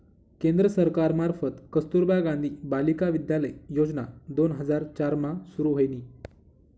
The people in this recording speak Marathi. केंद्र सरकार मार्फत कस्तुरबा गांधी बालिका विद्यालय योजना दोन हजार चार मा सुरू व्हयनी